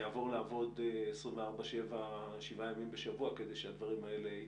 יעבור לעבוד 24/7 בשביל שהדברים האלה יתמלאו.